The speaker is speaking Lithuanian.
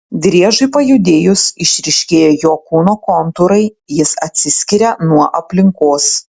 driežui pajudėjus išryškėja jo kūno kontūrai jis atsiskiria nuo aplinkos